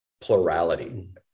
plurality